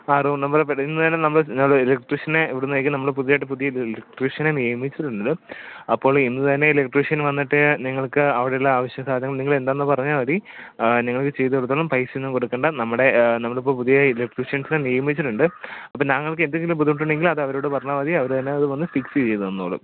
ആ room number ഇന്ന് തന്നെ നമ്മൾ നല്ല ഇലക്ട്രീഷ്യനെ വിടുതായിരിക്കും നമ്മൾ പുതിയതായിട്ട് പുതിയ ഒരു ഇലക്ട്രീഷ്യനെ നിയമിച്ചിട്ടുണ്ട് അപ്പോൾ ഇന്ന് തന്നെ ഇലക്ട്രീഷ്യൻ വന്നിട്ട് നിങ്ങൾക്ക് അവിടെയുള്ള ആവശ്യ സാധനം നിങ്ങൾ എന്താണെന്ന് പറഞ്ഞാൽ മതി നിങ്ങൾക്ക് ചെയ്തു കൊടുക്കുന്ന പൈസയൊന്നും കൊടുക്കണ്ട നമ്മുടെ നമ്മൾ ഇപ്പോൾ പുതിയ ഇലക്ട്രീഷ്യൻസിനെ നിയമിച്ചിട്ടുണ്ട് അപ്പോൾ നിങ്ങൾക്ക് എന്തെങ്കിലും ബുദ്ധിമുട്ടുണ്ടെങ്കിൽ അത് അവരോട് പറഞ്ഞാൽ മതി അവർ തന്നെ അത് വന്ന് ഫിക്സ് ചെയ്തു തന്നോളും